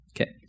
Okay